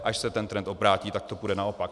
Až se ten trend obrátí, tak to bude naopak.